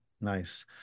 nice